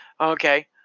Okay